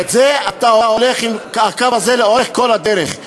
ואת זה, אתה הולך עם הקו הזה לאורך כל הדרך.